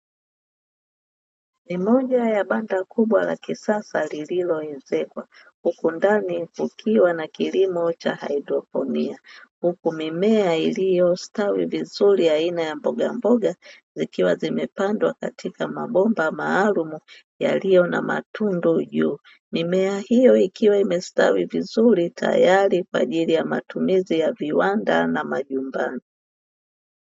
Ni moja ya banda kubwa la kisasa lililoezekwa huku ndani kukiwa na kilimo cha haidroponi, huku mimea iliyostawi vizuri aina ya mbogamboga zikiwa zimepandwa katika mabomba maalumu yaliyo na matundu juu. Mimea hiyo ikiwa imestawi vizuri tayari kwa ajili ya matumizi ya viwanda na majumbani.